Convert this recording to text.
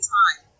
time